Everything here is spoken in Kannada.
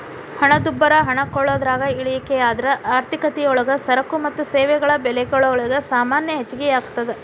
ಹಣದುಬ್ಬರದ ಹಣ ಕೊಳ್ಳೋದ್ರಾಗ ಇಳಿಕೆಯಾದ್ರ ಆರ್ಥಿಕತಿಯೊಳಗ ಸರಕು ಮತ್ತ ಸೇವೆಗಳ ಬೆಲೆಗಲೊಳಗ ಸಾಮಾನ್ಯ ಹೆಚ್ಗಿಯಾಗ್ತದ